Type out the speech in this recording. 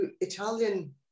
Italian